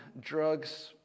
drugs